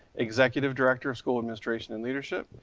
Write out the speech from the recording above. executive director of school administration and leadership,